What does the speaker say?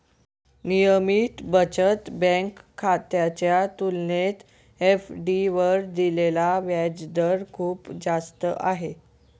नियमित बचत बँक खात्याच्या तुलनेत एफ.डी वर दिलेला व्याजदर खूप जास्त आहे